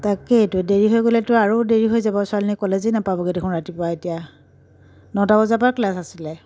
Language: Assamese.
তাকেইতো দেৰি হৈ গ'লেতো আৰু দেৰি হৈ যাব ছোৱালীজনী কলেজেই নাপাবগৈ দেখোন ৰাতিপুৱা এতিয়া নটা বজাৰ পৰা ক্লাছ আছিলে